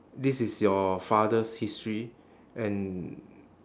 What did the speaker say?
this is your father's history and